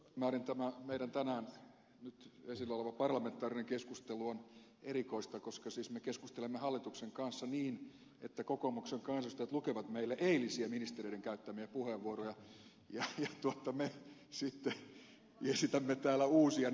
meidän tänään nyt esillä oleva parlamentaarinen keskustelumme on erikoista koska siis me keskustelemme hallituksen kanssa niin että kokoomuksen kansanedustajat lukevat meille eilisiä ministereiden käyttämiä puheenvuoroja ja me sitten esitämme täällä uusia näkökohtia